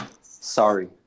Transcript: sorry